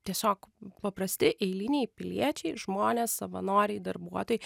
tiesiog paprasti eiliniai piliečiai žmonės savanoriai darbuotojai